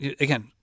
Again